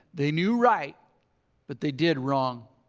they knew right but they did wrong.